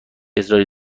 اصراری